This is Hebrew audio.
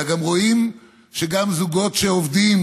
אלא גם רואים שגם זוגות שעובדים,